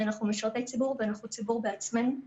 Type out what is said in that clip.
אנחנו משרתי ציבור ואנחנו ציבור בעצמנו.